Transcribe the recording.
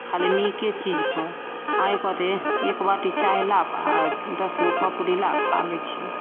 खाली नीके चीज पर आइ कहतै एह एक बाटी चाह ला आ दसगो पपड़ी ला खा लै छियै